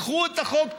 קחו את החוק,